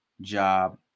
job